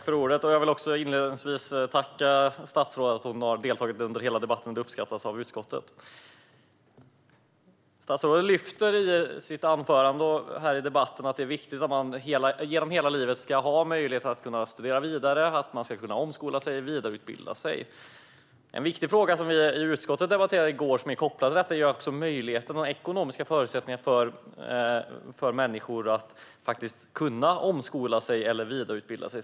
Fru talman! Jag vill också inledningsvis tacka statsrådet för att hon har deltagit under hela debatten. Det uppskattas av utskottet. Statsrådet lyfter i sitt anförande och i debatten fram att det är viktigt att man genom hela livet har möjlighet att studera vidare, omskola sig och vidareutbilda sig. En viktig fråga som vi i utskottet debatterade i går och som är kopplad till detta är möjligheten och de ekonomiska förutsättningarna för människor att faktiskt omskola eller vidareutbilda sig.